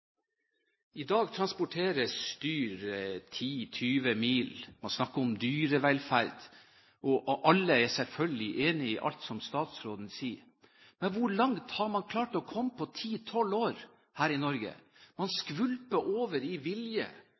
I dag transporteres dyr 10–20 mil. Man snakker om dyrevelferd, og alle er selvfølgelig enig i alt som statsråden sier. Men hvor langt har man klart å komme på ti–tolv år her i Norge? Man skvulper over av vilje